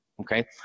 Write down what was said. Okay